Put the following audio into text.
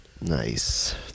Nice